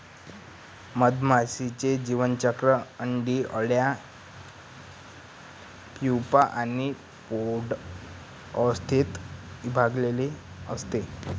मधमाशीचे जीवनचक्र अंडी, अळ्या, प्यूपा आणि प्रौढ अवस्थेत विभागलेले असते